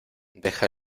deja